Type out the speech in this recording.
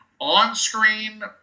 on-screen